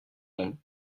monde